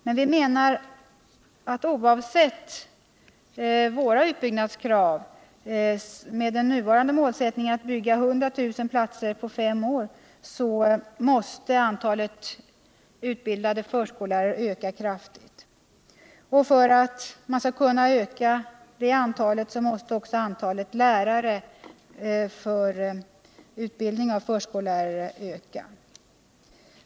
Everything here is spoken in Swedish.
Men vpk menar att oavsett våra utbyggnadskrav måste, med den nuvarande målsättningen att bygga 100000 platser på fem år, antalet utbildade förskollärare ökas kraftigt. Och för att detta antal skall kunna ökas måste också antalet lärare för utbildning av förskollärare höjas.